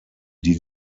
die